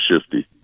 Shifty